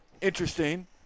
interesting